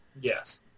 Yes